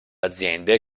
aziende